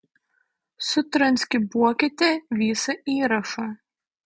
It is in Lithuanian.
sutranskribuokite visą įrašą